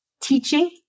teaching